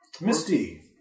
Misty